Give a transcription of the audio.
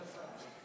יציג את הצעת החוק,